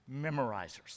memorizers